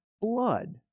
blood